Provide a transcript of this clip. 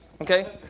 okay